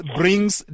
brings